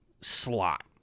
slot